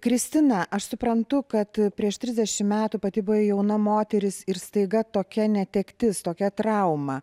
kristina aš suprantu kad prieš trisdešimt metų pati buvai jauna moteris ir staiga tokia netektis tokia trauma